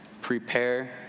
prepare